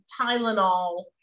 Tylenol